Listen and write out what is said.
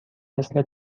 مثل